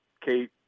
Kate